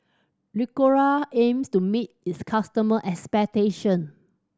ricola aims to meet its customers' expectations